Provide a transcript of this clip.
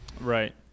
Right